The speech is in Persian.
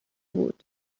بود